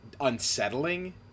unsettling